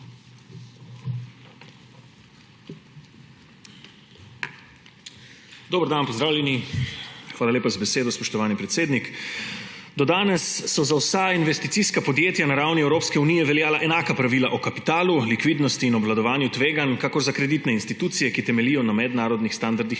Dober dan, pozdravljeni! Hvala lepa za besedo, spoštovani predsednik. Do danes so za vsa investicijska podjetja na ravni Evropske unije veljala enaka pravila o kapitalu, likvidnosti in obvladovanju tveganj kakor za kreditne institucije, ki temeljijo na mednarodnih standardih,